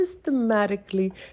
systematically